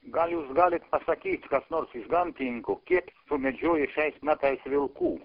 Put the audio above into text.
gal jūs galit pasakyt kas nors iš gamtininkų kiek sumedžiojo šiais metais vilkų